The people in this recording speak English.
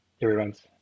everyone's